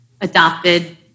adopted